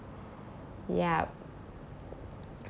yup